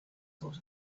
sort